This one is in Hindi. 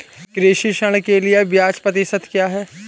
कृषि ऋण के लिए ब्याज प्रतिशत क्या है?